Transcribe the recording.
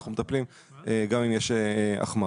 אנחנו מטפלים גם אם יש החמרה.